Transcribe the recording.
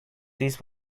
this